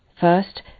First